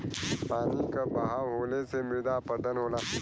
पानी क बहाव होले से मृदा अपरदन होला